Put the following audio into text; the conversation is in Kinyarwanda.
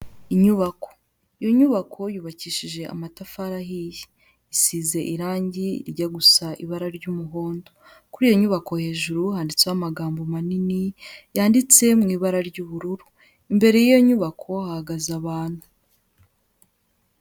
Inyubako iyo nyubako yubakishije amatafari ahiye, isize irange rijya gusa ibara ry'umuhondo, kuri iyo nyubako hejuru handitseho amagambo manini yanditse mu ibara ry'ubururu, imbere y'iyo nyubako hahagaze abantu.